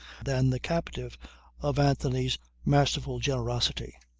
than the captive of anthony's masterful generosity.